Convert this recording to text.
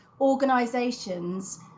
organizations